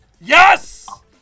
Yes